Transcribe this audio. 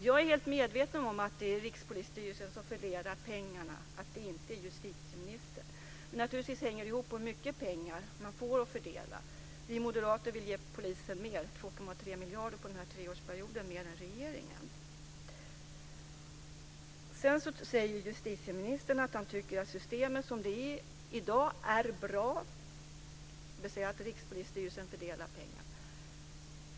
Jag är medveten om att det är Rikspolisstyrelsen som fördelar pengarna och inte justitieministern. Men det hänger naturligtvis ihop med hur mycket pengar man får att fördela. Vi moderater vill ge polisen mer, Justitieministern säger att han tycker att systemet är bra som det är i dag, dvs. att Rikspolisstyrelsen fördelar pengar.